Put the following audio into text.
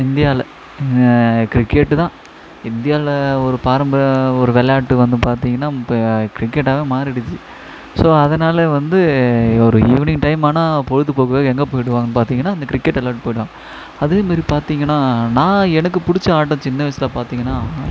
இந்தியாவில் கிரிக்கெட்டு தான் இந்தியாவில் ஒரு பாரம்ப ஒரு விளாட்டு வந்து பார்த்தீங்கன்னா இப்போ கிரிக்கெட்டாகவே மாறிடுச்சி ஸோ அதனால் வந்து ஒரு ஈவ்னிங் டைம் ஆனால் பொழுதுப்போக்குகாக எங்கே போய்விடுவாங்க பார்த்தீங்கன்னா இந்த கிரிக்கெட் விளையாட போயிடலாம் அதேமாரி பார்த்தீங்கன்னா நான் எனக்கு பிடிச்ச ஆட்டம் சின்ன வயசில் பார்த்தீங்கன்னா